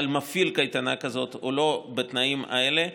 מפעיל קייטנה כזאת או לא בתנאים האלה.